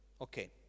Okay